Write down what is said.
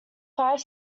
five